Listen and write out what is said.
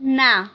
ନା